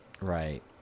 Right